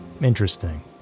interesting